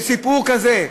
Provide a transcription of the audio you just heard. שסיפור כזה,